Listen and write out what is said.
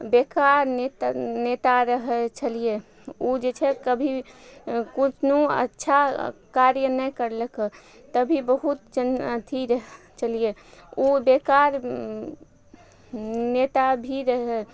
बेकार नेता नेता रहय छलियै उ जे छै कभी कतनो अच्छा कार्य नहि करलकइ तभी बहुत अथी छलियै उ बेकार नेता भी रहय